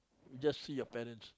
just see your parents